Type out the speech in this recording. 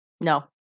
No